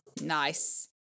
Nice